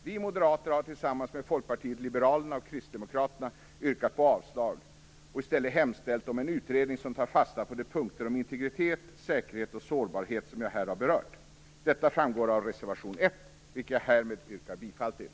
Vi moderater har tillsammans med Folkpartiet liberalerna och Kristdemokraterna yrkat på avslag, och i stället hemställt om en utredning som tar fasta på de punkter om integritet, säkerhet och sårbarhet som jag här har berört. Detta framgår av reservation 1, vilken jag härmed yrkar bifall till.